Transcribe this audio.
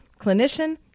clinician